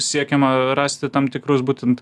siekiama rasti tam tikrus būtent